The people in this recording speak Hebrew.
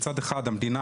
מצד אחד המדינה,